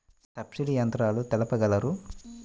Subsidy యంత్రాలు తెలుపగలరు?